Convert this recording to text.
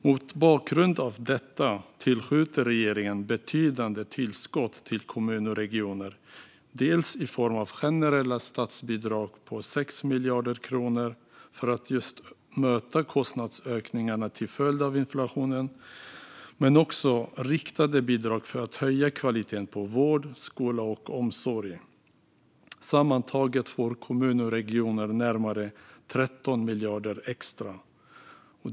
Mot bakgrund av detta ger regeringen betydande tillskott till kommuner och regioner, dels i form av generella statsbidrag på 6 miljarder kronor för att möta kostnadsökningarna till följd av inflationen, dels riktade bidrag för att höja kvaliteten på vård, skola och omsorg. Sammantaget får kommuner och regioner närmare 13 miljarder extra.